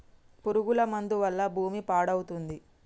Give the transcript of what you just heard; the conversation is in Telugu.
పురుగుల మందు వల్ల భూమి పాడవుతుంది